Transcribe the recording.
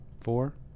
Four